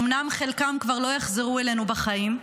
אומנם חלקם כבר לא יחזרו אלינו בחיים,